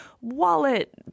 wallet